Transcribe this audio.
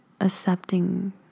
accepting